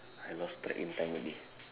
I lost track in time already